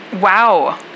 Wow